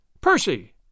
Percy